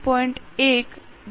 1 2 1